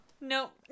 Nope